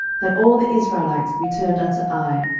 that all the israelites returned unto ai,